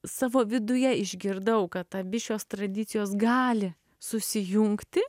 savo viduje išgirdau kad abi šios tradicijos gali susijungti